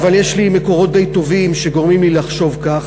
אבל יש לי מקורות די טובים שגורמים לי לחשוב כך.